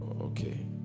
Okay